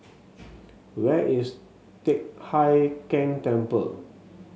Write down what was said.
where is Teck Hai Keng Temple